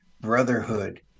brotherhood